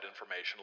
information